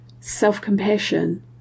self-compassion